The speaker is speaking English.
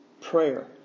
Prayer